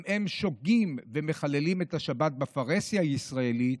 אם הם שוגים ומחללים את השבת בפרהסיה הישראלית,